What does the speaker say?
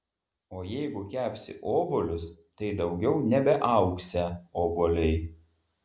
o jeigu kepsi obuolius tai daugiau nebeaugsią obuoliai